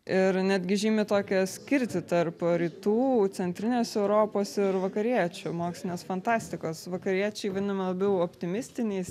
ir netgi žymi tokią skirtį tarp rytų centrinės europos ir vakariečių mokslinės fantastikos vakariečiai vadinami labiau optimistiniais